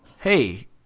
hey